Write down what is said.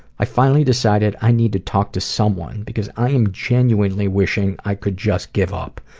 i finally decided i need to talk to someone, because i am genuinely wishing i could just give up,